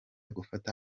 gufata